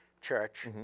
Church